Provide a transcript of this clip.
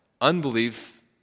Unbelief